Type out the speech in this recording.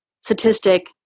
statistic